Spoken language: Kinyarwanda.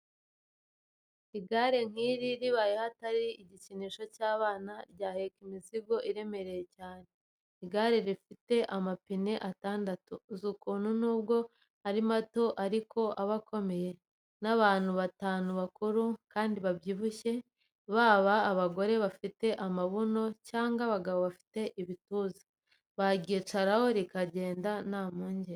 Igare nk'iri ribayeho atari igikinisho cy'abana, ryaheka imizigo iremereye cyane; igare rifite amapine atandatu, uzi ukuntu n'ubwo ari mato ariko aba akomeye; n'abantu batanu bakuru kandi babyibushye, baba abagore bafite amabuno cyangwa abagabo bafite ibituza, baryicaraho rikagenda nta mpungenge.